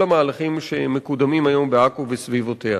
המהלכים שמקודמים היום בעכו וסביבותיה.